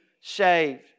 saved